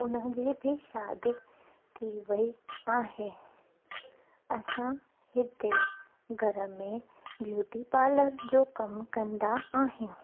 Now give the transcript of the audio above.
उनजी बि शादी थी वई आहे असां हिते घर में ब्यूटी पार्लर जो कमु कंदा आहियूं